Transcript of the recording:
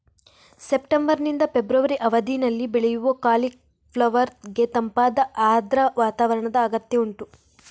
September ನಿಂದ February ಅವಧಿನಲ್ಲಿ ಬೆಳೆಯುವ ಕಾಲಿಫ್ಲವರ್ ಗೆ ತಂಪಾದ ಆರ್ದ್ರ ವಾತಾವರಣದ ಅಗತ್ಯ ಉಂಟು